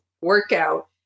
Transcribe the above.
workout